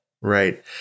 right